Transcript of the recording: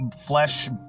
flesh